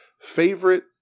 Favorite